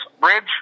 bridge